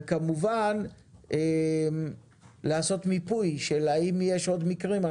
וכמובן לעשות מיפוי אם יש עוד מקרים כאלה.